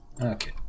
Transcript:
Okay